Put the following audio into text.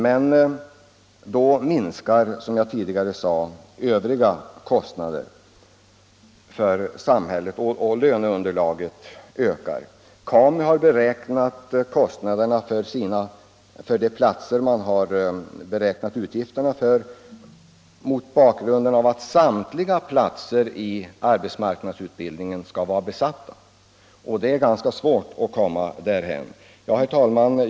Men då minskar, som jag tidigare sade, övriga kostnader för samhället och löneunderlaget ökar. KAMU beräknade kostnaderna mot bakgrunden av att samtliga platser i arbetsmarknadsutbildningen skall vara besatta, och det är ganska svårt att komma dithän. Herr talman!